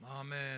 Amen